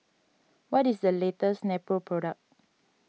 what is the latest Nepro product